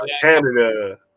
Canada